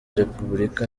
repubulika